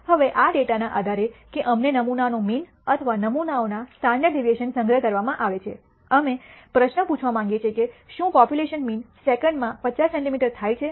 હવે આ ડેટાના આધારે કે અમને નમૂનાનો મીન અને નમૂના સ્ટાન્ડર્ડ ડેવિએશન સંગ્રહ કરવામાં આવે છે અમે પ્રશ્ન પૂછવા માંગીએ છીએ કે શું પોપ્યુલેશન મીન સેકન્ડમાં 50 સેન્ટિમીટર થાય છે